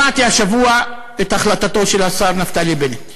שמעתי השבוע את החלטתו של השר נפתלי בנט.